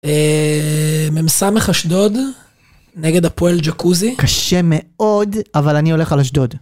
מ.ס אשדוד נגד הפועל ג'קוזי. קשה מאוד, אבל אני הולך על אשדוד.